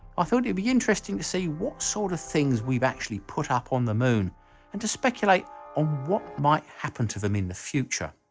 ah thought it'd be interesting to see what sort of things we've actually put up on the moon and to speculate on what might happen to them in the future.